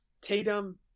Tatum